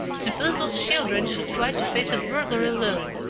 suppose those children should try to face a burglar alone!